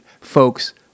folks